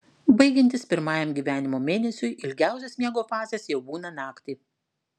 baigiantis pirmajam gyvenimo mėnesiui ilgiausios miego fazės jau būna naktį